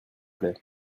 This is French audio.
plait